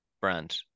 brand